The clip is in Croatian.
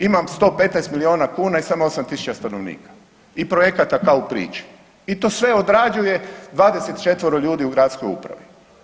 Imam 115 milijuna kuna i samo 8 tisuća stanovnika i projekata kao u priči i to sve odrađuje 24 ljudi u gradskoj upravi.